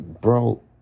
Bro